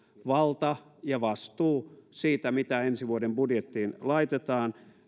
valta ja vastuu siitä mitä ensi vuoden budjettiin laitetaan